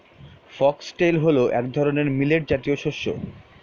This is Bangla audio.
ফক্সটেল হল এক ধরনের মিলেট জাতীয় শস্য